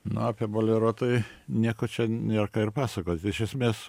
na apie bolero tai nieko čia nėr ką ir pasakot iš esmės